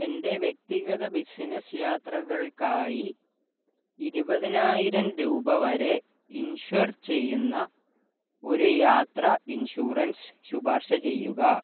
എൻ്റെ വ്യക്തിഗത ബിസിനസ്സ് യാത്രകൾക്കായി ഇരുപതിനായിരം രൂപ വരെ ഇൻഷ്വർ ചെയ്യുന്ന ഒരു യാത്ര ഇൻഷൂറൻസ് ശുപാർശ ചെയ്യുക